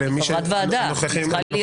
היא חברת ועדה, היא צריכה להיות כאן.